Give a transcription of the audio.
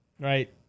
right